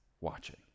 watching